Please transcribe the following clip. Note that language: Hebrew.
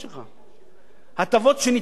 הטבות שניתנות לכל מיני סקטורים.